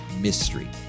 mystery